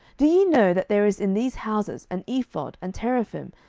do ye know that there is in these houses an ephod, and teraphim,